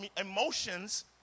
emotions